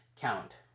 count